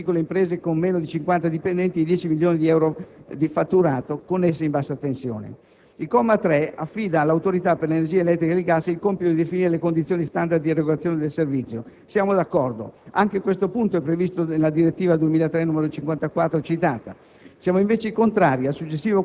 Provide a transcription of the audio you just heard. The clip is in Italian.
Una identica tutela è prevista per le piccole imprese con meno di 50 dipendenti e 10 milioni di euro di fatturato, connesse in bassa tensione. Il comma 3 affida all'Autorità per l'energia elettrica e il gas il compito di definire le condizioni *standard* di erogazione del servizio. Siamo d'accordo. Anche questo punto è previsto nella direttiva 2003/54 citata.